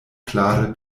klare